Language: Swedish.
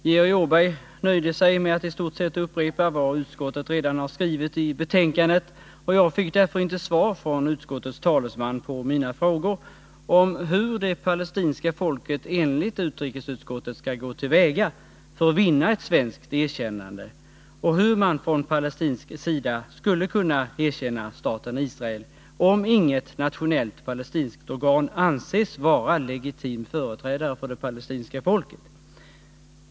Georg Åberg nöjde sig med att i stort sett upprepa vad utskottet redan har skrivit i betänkandet, och jag fick därför inte svar från utskottets talesman på mina frågor om hur det palestinska folket enligt utrikesutskottet skall gå till väga för att vinna ett svenskt erkännande och hur man från palestinsk sida skulle kunna erkänna staten Israel, om inget nationellt palestinskt organ anses vara legitim företrädare för det palestinska folket.